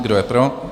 Kdo je pro?